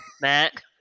back